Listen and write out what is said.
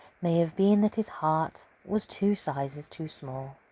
may have been that his heart was two sizes too small.